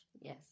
Yes